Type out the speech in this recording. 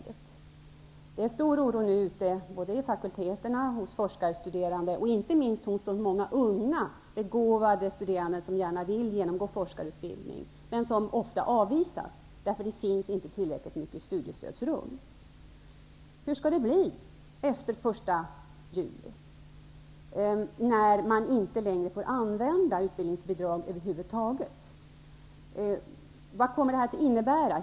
Det råder en stor oro ute på fakulteterna, hos forskarstuderande och inte minst hos de många unga begåvade studenter som gärna vill genomgå forskarutbildning men som ofta avvisas eftersom det inte finns tillräckligt med utrymme i studiestödet. Hur skall det bli efter den 1 juli när utbildningsbidraget över huvud taget inte längre får användas? Vad kommer det här att innebära?